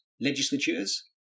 legislatures